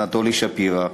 אנטולי שפירא.